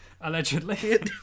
allegedly